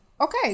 okay